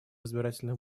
избирательных